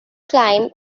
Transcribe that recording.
climb